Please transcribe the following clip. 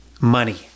money